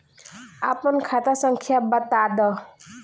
आपन खाता संख्या बताद